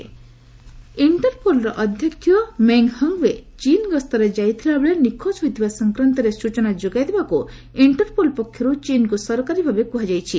Interpol ଚୀନ୍ ଇଷ୍ଟର୍ପୋଲ୍ର ଅଧ୍ୟକ୍ଷ ମେଙ୍ଗ୍ ହଙ୍ଗ୍ୱେ ଚୀନ୍ ଗସ୍ତରେ ଯାଇଥିଲାବେଳେ ନିଖୋଜ ହୋଇଥିବା ସଂକ୍ରାନ୍ତରେ ସୂଚନା ଯୋଗାଇଦେବାକୁ ଇଣ୍ଟର୍ପୋଲ୍ ପକ୍ଷରୁ ଚୀନ୍କୁ ସରକାରୀ ଭାବେ କୁହାଯାଇଛି